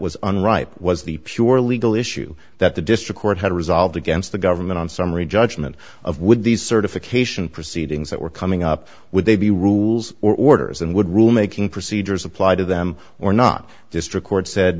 was unripe was the pure legal issue that the district court had resolved against the government on summary judgment of would these certification proceedings that were coming up would they be rules or orders and would rule making procedures apply to them or not just record said